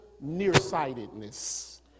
nearsightedness